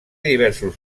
diversos